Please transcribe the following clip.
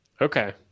Okay